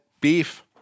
beef